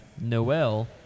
Noel